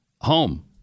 home